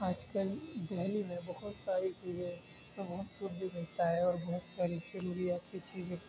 آج کل دہلی میں بہت ساری چیزیں بھی ملتا ہے اور بہت ساری ضروریات کی چیزیں